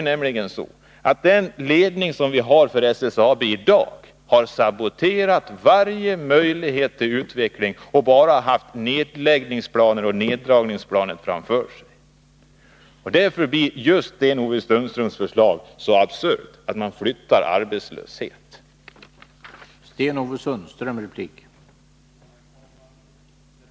Dagens ledning för SSAB har nämligen saboterat varje möjlighet till utveckling och bara haft nedläggningsoch neddragningsplaner framför sig. Därför blir Sten-Ove Sundströms förslag att flytta arbetslöshet så absurt.